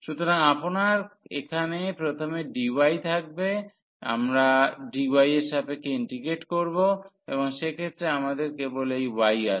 সুতরাং আপনার এখানে প্রথমে dy থাকবে আমরা dy এর সাপেক্ষে ইন্টিগ্রেট করব এবং সেক্ষেত্রে আমাদের কেবল এই y আছে